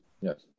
yes